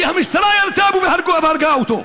כי המשטרה ירתה בו והרגה אותו.